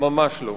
ממש לא.